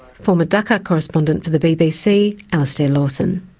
former dakhar correspondent for the bbc, alastair lawson.